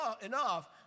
enough